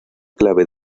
clave